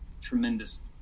tremendous